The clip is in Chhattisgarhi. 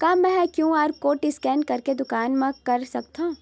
का मैं ह क्यू.आर कोड स्कैन करके दुकान मा कर सकथव?